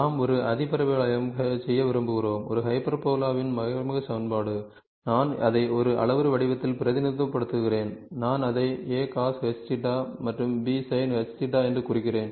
நாம் ஒரு அதிபரவளையம் செய்ய விரும்புகிறோம் ஒரு ஹைப்பர்போலாவின் மறைமுக சமன்பாடு நான் அதை ஒரு அளவுரு வடிவத்தில் பிரதிநிதித்துவப்படுத்துகிறேன் நான் அதை acoshθ மற்றும் bsinhθ என்று குறிக்கிறேன்